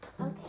Okay